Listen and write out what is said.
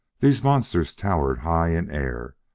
these monsters towered high in air,